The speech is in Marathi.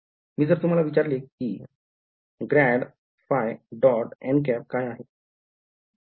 मी जर तुम्हाला विचारले कि ∇ϕ· काय आहे